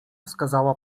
wskazała